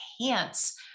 enhance